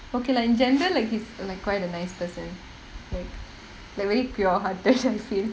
okay lah in general he's like quite a nice person like like very pure heart~